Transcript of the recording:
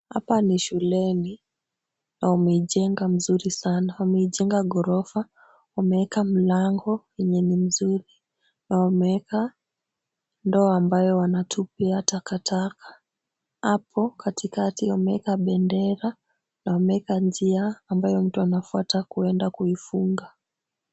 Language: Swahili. Hapa ni shuleni na wamejenga mzuri sana. Wamejenga ghorofa, wameeka mlango yenye ni mzuri na wameeka ndoo ambayo wanatupia takataka. Hapo katikati wameeka bendera na wameeka njia ambayo mtu anafuata kwenda kuifunga.